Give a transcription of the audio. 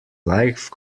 life